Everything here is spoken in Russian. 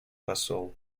посол